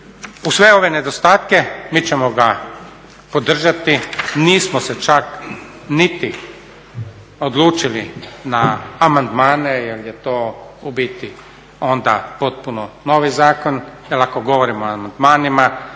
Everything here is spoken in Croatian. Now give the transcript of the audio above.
Uz sve ove nedostatke mi ćemo ga podržati. Nismo se čak niti odlučili na amandmane jer je to u biti onda potpuno novi zakon. Jer ako govorimo o amandmanima